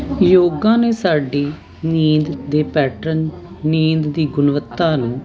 ਯੋਗਾ ਨੇ ਸਾਡੀ ਨੀਂਦ ਦੇ ਪੈਟਰਨ ਨੀਂਦ ਦੀ ਗੁਣਵੱਤਾ ਨੂੰ